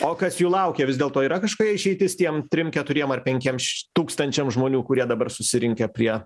o kas jų laukia vis dėlto yra kažkokia išeitis tiem trim keturiem ar penkiems tūkstančiams žmonių kurie dabar susirinkę prie